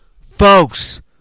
Folks